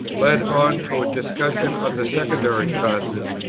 led on to a discussion of the secondary causes,